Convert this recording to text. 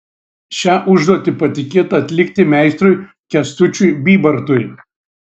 šią užduotį patikėta atlikti meistrui kęstučiui bybartui